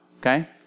Okay